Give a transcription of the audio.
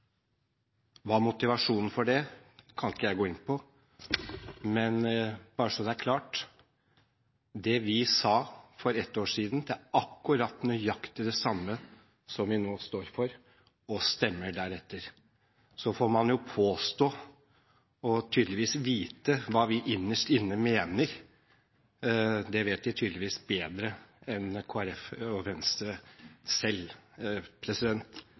motivasjonen for det er, kan ikke jeg gå inn på, men bare så det er klart: Det vi sa for ett år siden, er nøyaktig det samme som vi nå står for, og vi stemmer deretter. Så får man påstå – og tydeligvis vite – hva vi innerst inne mener. Det vet de tydeligvis bedre enn Kristelig Folkeparti og Venstre selv.